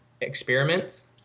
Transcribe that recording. experiments